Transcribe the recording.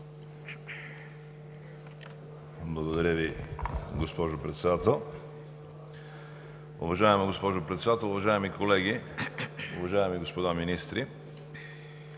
Благодаря Ви, госпожо Председател. Уважаема госпожо Председател, уважаеми колеги, уважаеми господа министри!